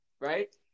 right